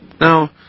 Now